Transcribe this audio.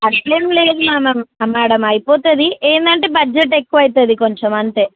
అట్లా ఏం లేదు మేడమ్ అయిపోతుంది ఏమిటి అంటే బడ్జెట్ ఎక్కువ అవుతుంది కొంచెం అంతే